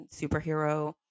superhero